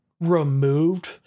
removed